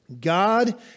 God